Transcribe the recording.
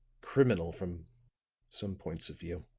criminal from some points of view.